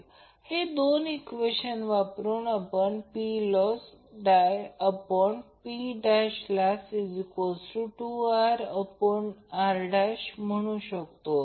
कारण हे unity power factor लोडunity power factor load आहे म्हणून √ 3 VL हे जाणून घ्या की सामान्य √ 3VL करंट I L घेतला आहे